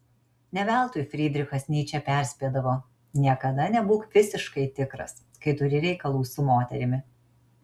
ne veltui frydrichas nyčė perspėdavo niekada nebūk visiškai tikras kai turi reikalų su moterimi